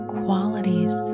qualities